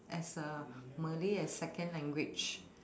as a malay as second language